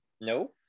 no